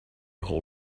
whole